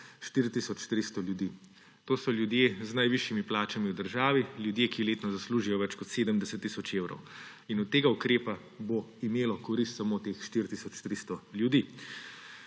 300 ljudi. To so ljudje z najvišjimi plačami v državi, ljudje, ki letno zaslužijo več kot 70 tisoč evrov in od tega ukrepa bo imelo korist samo teh 4 tisoč 300 ljudi.